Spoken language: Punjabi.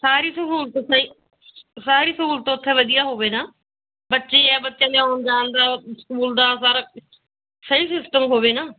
ਸਾਰੀ ਸਹੂਲਤ ਸਹੀ ਸਾਰੀ ਸਹੂਲਤ ਉੱਥੇ ਵਧੀਆ ਹੋਵੇ ਨਾ ਬੱਚੇ ਆ ਬੱਚਿਆਂ ਦੇ ਆਉਣ ਜਾਣ ਦਾ ਸਕੂਲ ਦਾ ਸਹੀ ਸਿਸਟਮ ਹੋਵੇ ਨਾ